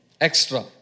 Extra